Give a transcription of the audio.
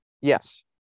Yes